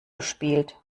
gespielt